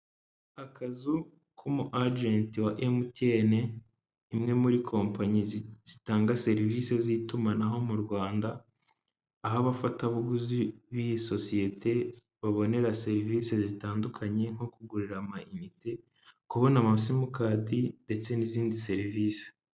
Akazu k'umu ajenti wa MTN, imwe muri kompanyi zitanga serivisi z'itumanaho mu Rwanda, aho abafatabuguzi b'iyi sosiyete babonera serivise zitandukanye nko kugurira amayinite, kubona amasimukadi ndetse n'izindi serivisi.